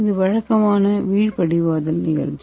இது வழக்கமான வீழ்படிவாதல் நிகழ்ச்சி